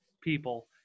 people